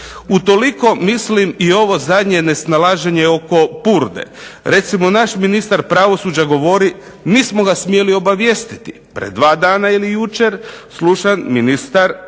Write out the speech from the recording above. Utoliko mislim i ovo zadnje nesnalaženje oko Purde. Recimo naš ministar pravosuđa govori nismo ga smjeli obavijestiti. Pred dva dana ili jučer slušam ministar